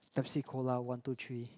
Pepsi Cola one two three